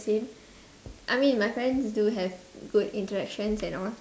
same I mean my parents do have good interactions and all